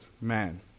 man